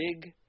big